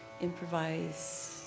improvise